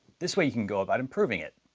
this way you can go about improving it.